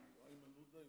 של איימן עודה,